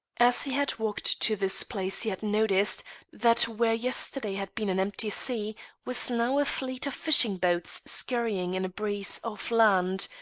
as he had walked to this place he had noticed that where yesterday had been an empty sea was now a fleet of fishing-boats scurrying in a breeze off land,